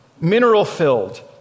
mineral-filled